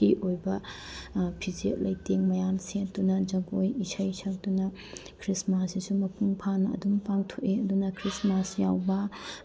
ꯀꯤ ꯑꯣꯏꯕ ꯐꯤꯖꯦꯠ ꯂꯩꯇꯦꯡ ꯃꯌꯥꯝ ꯁꯦꯠꯇꯨꯅ ꯖꯒꯣꯏ ꯏꯁꯩ ꯁꯛꯇꯨꯅ ꯈ꯭ꯔꯤꯁꯃꯥꯁꯁꯤꯁꯨ ꯃꯄꯨꯡ ꯐꯥꯅ ꯑꯗꯨꯝ ꯄꯥꯡꯊꯣꯛꯑꯦ ꯑꯗꯨꯅ ꯈ꯭ꯔꯤꯁꯃꯥꯁ ꯌꯥꯎꯕ